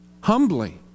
humbly